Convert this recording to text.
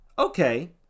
Okay